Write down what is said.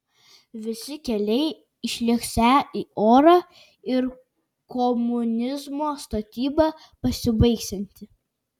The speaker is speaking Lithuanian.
visi keliai išlėksią į orą ir komunizmo statyba pasibaigsianti